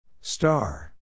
Star